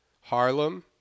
Harlem